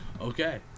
Okay